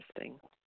interesting